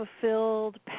fulfilled